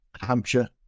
Hampshire